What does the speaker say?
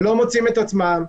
לא מוצאים את עצמם,